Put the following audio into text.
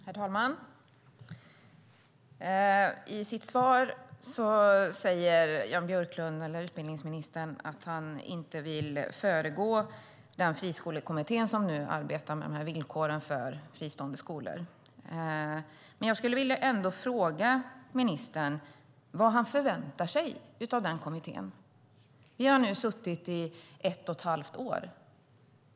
Herr talman! I sitt svar säger utbildningsministern att han inte vill föregripa den friskolekommitté som nu arbetar med villkoren för fristående skolor. Jag skulle ändå vilja fråga ministern vad han förväntar sig av den kommittén. Vi har nu suttit i ett och ett halvt år.